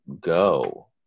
go